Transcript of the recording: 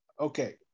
okay